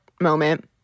moment